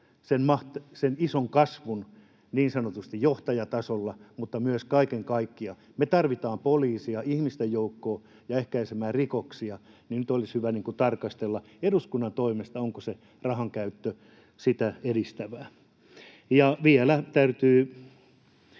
sen ison kasvun niin sanotusti johtajatasolla mutta myös kaiken kaikkiaan. Me tarvitaan poliisia ihmisten joukkoon ja ehkäisemään rikoksia, ja nyt olisi hyvä tarkastella eduskunnan toimesta, onko se rahankäyttö sitä edistävää. Ja vielä täytyy